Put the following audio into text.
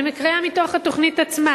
אני מקריאה מתוך התוכנית עצמה.